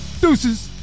Deuces